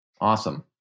awesome